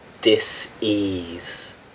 dis-ease